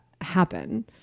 happen